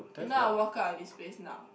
if not I walk out of this place now